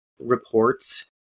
reports